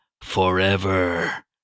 Forever